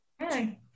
Hi